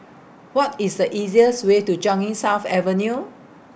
What IS The easiest Way to Changi South Avenue